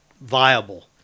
viable